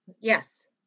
Yes